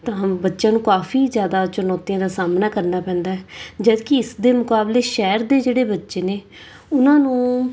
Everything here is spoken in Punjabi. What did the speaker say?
ਤਾਂ ਬੱਚਿਆਂ ਨੂੰ ਕਾਫੀ ਜ਼ਿਆਦਾ ਚੁਣੌਤੀਆਂ ਦਾ ਸਾਹਮਣਾ ਕਰਨਾ ਪੈਂਦਾ ਜਦੋਂ ਕਿ ਇਸ ਦੇ ਮੁਕਾਬਲੇ ਸ਼ਹਿਰ ਦੇ ਜਿਹੜੇ ਬੱਚੇ ਨੇ ਉਹਨਾਂ ਨੂੰ